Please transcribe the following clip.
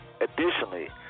additionally